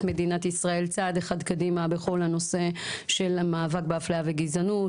מדינת ישראל צעד אחד קדימה בכל הנושא של המאבק בהפליה וגזענות,